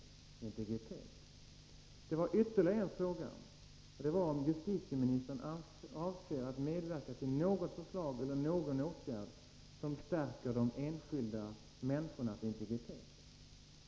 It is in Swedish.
för enskilda personers integritet, såvitt avser kollektiv anslutning till politiskt parti och utträde ur en facklig organisation Det var ytterligare en fråga, och den gällde om justitieministern avser att medverka till något förslag eller någon åtgärd som stärker de enskilda människornas integritet.